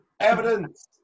evidence